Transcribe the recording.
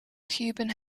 cuban